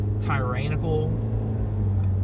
tyrannical